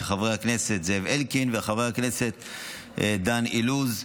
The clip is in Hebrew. של חבר הכנסת זאב אלקין וחבר הכנסת דן אילוז.